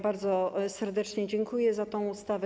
Bardzo serdecznie dziękuję za tę ustawę.